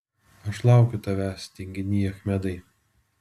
aš laukiu tavęs tinginy achmedai